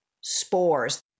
spores